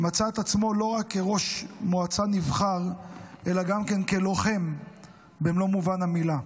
שמצא את עצמו לא רק כראש מועצה נבחר אלא גם כן כלוחם במלוא מובן המילה.